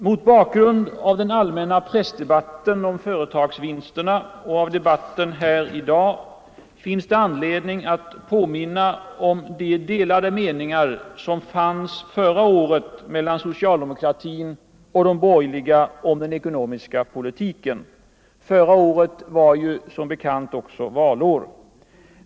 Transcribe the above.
Mot bakgrund av den allmänna prisdebatten om företagsvinsterna och av debatten här i dag finns det anledning att påminna om de delade meningar som fanns förra året mellan socialdemokratin och de borgerliga om den ekonomiska politiken. Förra året var som bekant också valår.